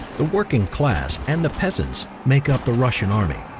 the working class and the peasants make up the russian army.